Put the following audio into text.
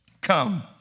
Come